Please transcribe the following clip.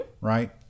right